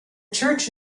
church